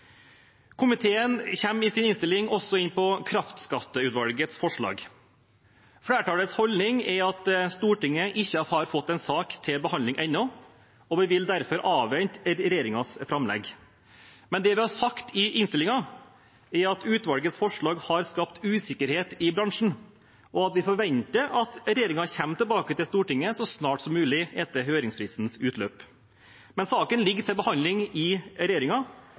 Komiteen kommer i sin innstilling også inn på kraftskatteutvalgets forslag. Flertallets holdning er at Stortinget ikke har fått en sak til behandling ennå, og vi vil derfor avvente regjeringens framlegg. Men det vi har sagt i innstillingen, er at utvalgets forslag har skapt usikkerhet i bransjen, og at vi forventer at regjeringen kommer tilbake til Stortinget så snart som mulig etter høringsfristens utløp. Men saken ligger til behandling i